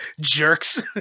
Jerks